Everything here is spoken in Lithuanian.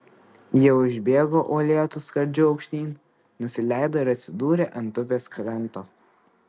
jie užbėgo uolėtu skardžiu aukštyn nusileido ir atsidūrė ant upės kranto